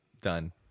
done